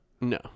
No